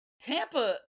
Tampa